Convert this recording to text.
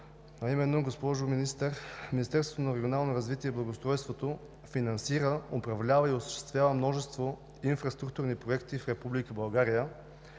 Госпожо Министър, Министерството на регионалното развитие и благоустройството финансира, управлява и осъществява множество инфраструктурни проекти в Република България.